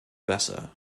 besser